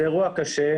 נכון, זה אירוע קשה.